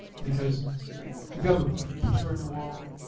because if you have a picture on your wall,